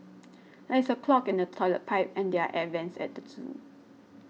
there is a clog in the Toilet Pipe and the Air Vents at the zoo